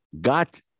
got